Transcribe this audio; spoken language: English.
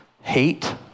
hate